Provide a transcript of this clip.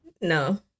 No